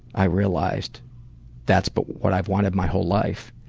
i realized that's but what i've wanted my whole life.